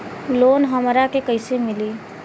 Loan हमरा के कईसे मिली?